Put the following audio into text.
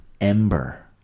ember